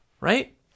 Right